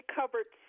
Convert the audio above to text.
covered